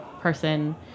person